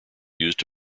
used